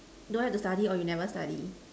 don't have to study or you never study